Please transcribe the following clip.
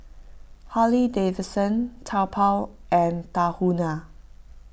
Harley Davidson Taobao and Tahuna